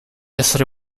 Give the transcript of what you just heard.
essere